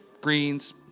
greens